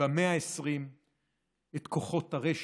במאה ה-20 את כוחות הרשע,